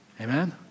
Amen